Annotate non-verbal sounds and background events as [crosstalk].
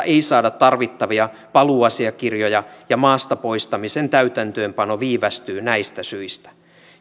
[unintelligible] ei saada tarvittavia paluuasiakirjoja ja maasta poistamisen täytäntöönpano viivästyy näistä syistä